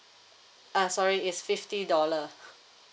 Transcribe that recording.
uh sorry it's fifty dollar